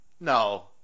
no